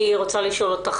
היא רוצה לשאול אותך,